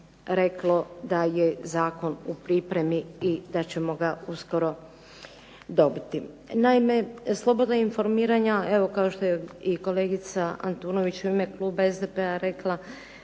reklo da je zakon u pripremi i da ćemo ga uskoro dobiti. Naime, slobodna informiranja evo kao što je i kolegica Antunović u ime kluba SDP-a rekla,